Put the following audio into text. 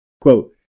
Quote